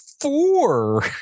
Four